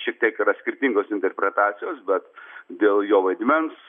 šiek tiek yra skirtingos interpretacijos bet dėl jo vaidmens